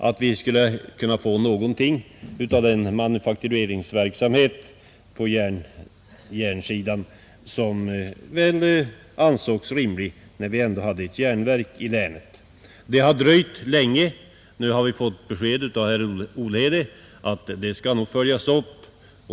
Det ansågs rimligt att vi när vi ändå hade ett järnverk i länet skulle kunna få något av manufaktureringsverksamheten på järnsidan. Det har dröjt länge. Nu har vi fått besked av herr Olhede att saken skall följas upp.